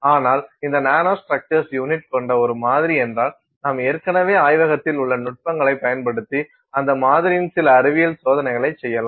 ஆனால் இந்த nano structures unit கொண்ட ஒரு மாதிரி என்றால் நாம் ஏற்கனவே ஆய்வகத்தில் உள்ள நுட்பங்களைப் பயன்படுத்தி அந்த மாதிரியின் சில அறிவியல் சோதனைகளைச் செய்யலாம்